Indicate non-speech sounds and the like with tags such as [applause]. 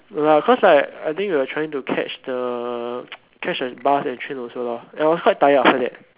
no lah because like I think we're trying to catch the [noise] catch the bus and train also lor and I was quite tired after that